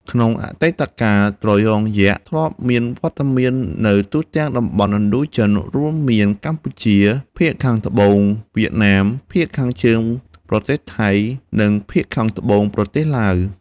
ក្នុងអតីតកាល ត្រយងយក្សធ្លាប់មានវត្តមាននៅទូទាំងតំបន់ឥណ្ឌូចិន រួមមានកម្ពុជា ភាគខាងត្បូងវៀតណាម ភាគខាងជើងប្រទេសថៃ និងភាគខាងត្បូងប្រទេសឡាវ។